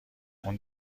اون